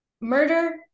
murder